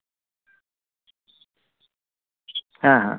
ᱦᱮᱸ ᱦᱮᱸ